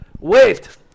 Wait